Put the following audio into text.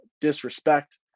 disrespect